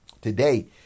Today